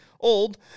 old